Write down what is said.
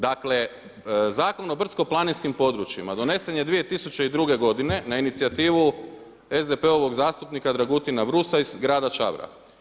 Dakle, Zakon o brdsko-planinskim područjima donesen je 2002. godine na inicijativu SDP-ovog zastupnika Dragutina Vrusa iz grada Čabra.